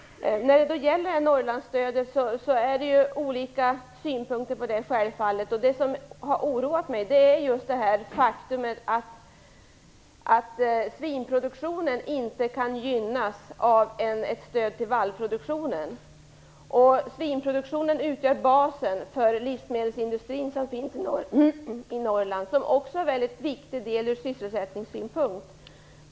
Det finns självfallet olika synpunkter på Norrlandsstödet. Det som har oroat mig är just det faktum att svinproduktionen inte kan gynnas av ett stöd till vallproduktionen. Svinproduktionen utgör basen för den livsmedelsindustri som finns i Norrland. Den är också en mycket viktig del ur sysselsättningssynpunkt.